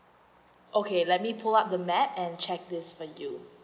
okay let me pull up the map and check this for you